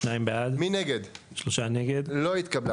הצבעה בעד, 2 נגד, 3 נמנעים, 0 הרביזיה לא התקבלה.